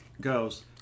goes